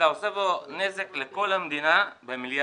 אתה עושה פה נזק לכל המדינה במיליארדים.